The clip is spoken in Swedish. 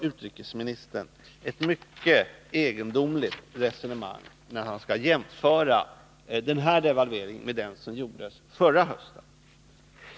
Utrikesministern för ett mycket egendomligt resonemang när han skall jämföra den här devalveringen med den som gjordes förra hösten.